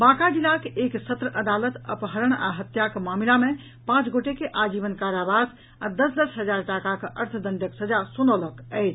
बांका जिलाक एक सत्र अदालत अपहरण आ हत्याक मामिला मे पांच गोटे के आजीवन कारावास आ दस दस हजार टाकाक अर्थदंडक सजा सुनौलक अछि